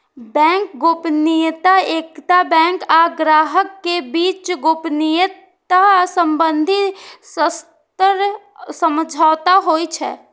bank गोपनीयता एकटा bank आ ग्राहक के बीच गोपनीयता संबंधी सशर्त समझौता होइ छै